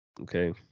Okay